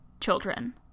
children